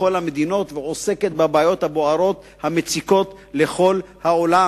ככל המדינות ועוסקים בבעיות הבוערות המציקות לכל העולם,